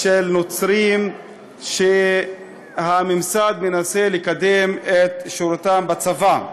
של נוצרים שהממסד מנסה לקדם את שירותם בצבא.